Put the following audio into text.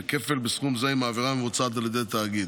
וכפל סכום זה אם העבירה מבוצעת על ידי תאגיד.